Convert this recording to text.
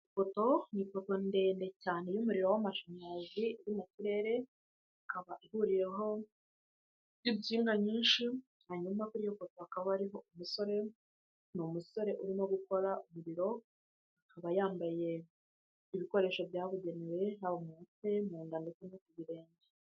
Ipoto, ni ipoto ndende cyane y'umuriro w'amashanyarazi yo mu kirere, akaba ihuriyeho insinga nyinshi, hanyuma kuri iyo poto hakaba hariho umusore, ni umusore urimo gukora umuriro, akaba yambaye ibikoresho byabugenewe haba mu mutwe, mu nda ndetse no ku birenge.